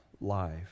life